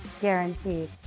guaranteed